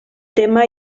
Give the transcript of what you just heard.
tema